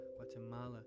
guatemala